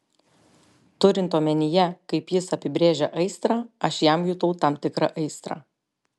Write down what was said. turint omenyje kaip jis apibrėžia aistrą aš jam jutau tam tikrą aistrą